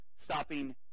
Stopping